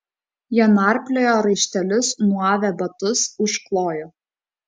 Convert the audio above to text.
jie narpliojo raištelius nuavę batus užklojo